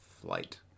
flight